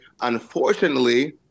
Unfortunately